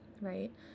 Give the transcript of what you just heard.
right